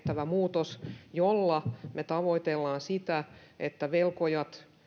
tehtävä muutos jolla me tavoittelemme sitä että velkojat